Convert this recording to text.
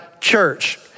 church